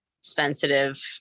sensitive